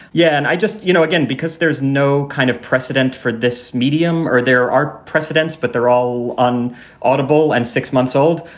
yeah, and i just, you know, again, because there's no kind of precedent for this medium or there are precedents, but they're all on audible and six months old.